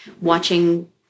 watching